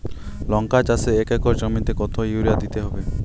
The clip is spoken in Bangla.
লংকা চাষে এক একর জমিতে কতো ইউরিয়া দিতে হবে?